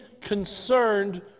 concerned